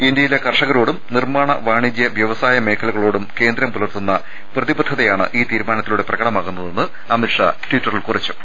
ഇന്ത്യയിലെ കർഷകരോടും നിർമ്മാണ വാണിജ്യ വൃവസായ മേഖലകളോടും കേന്ദ്രം പുലർത്തുന്ന പ്രതി ബദ്ധതയാണ് ഈ തീരുമാനത്തിലൂടെ പ്രകടമാകുന്നതെന്ന് അമിത്ഷാ ടിറ്ററിൽ കുറിച്ചു